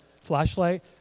flashlight